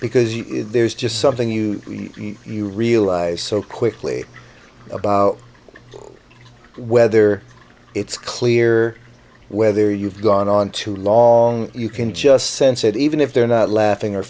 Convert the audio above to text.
because there's just something you you realize so quickly about whether it's clear whether you've gone on too long you can just sense it even if they're not laughing or